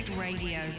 Radio